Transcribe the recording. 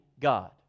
God